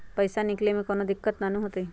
पईसा निकले में कउनो दिक़्क़त नानू न होताई?